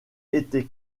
été